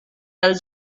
dal